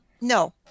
no